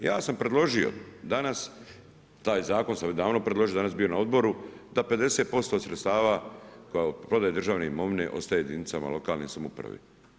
Ja sam predložio danas, taj zakon sam već davno predložio, danas bio na odboru, da 50% od sredstava kao prodaje državne imovine ostaje jedinicama lokale samouprave.